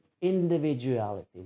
individuality